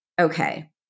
okay